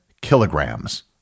kilograms